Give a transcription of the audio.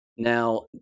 Now